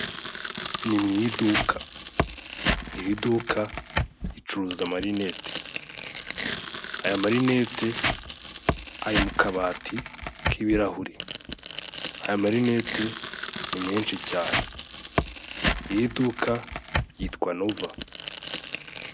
Ni mu iduka, iri duka ricuruza amarinete, aya marinete ari mu kabati k'ibirahuri, aya marinete ni menshi cyane, iri duka ryitwa nova.